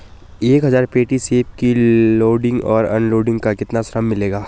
एक हज़ार पेटी सेब की लोडिंग और अनलोडिंग का कितना श्रम मिलेगा?